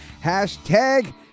Hashtag